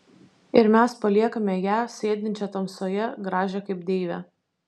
ir mes paliekame ją sėdinčią tamsoje gražią kaip deivę